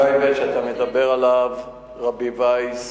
הגאב"ד שאתה מדבר עליו, הרב וייס,